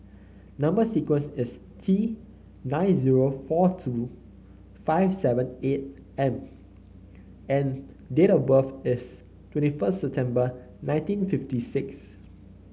number sequence is T nine zero four two five seven eight M and date of birth is twenty first September nineteen fifty six